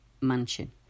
Mansion